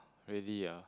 really ah